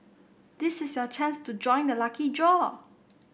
this is your chance to join the lucky draw